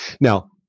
Now